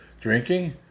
drinking